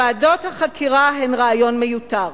ועדות החקירה הן רעיון מיותר.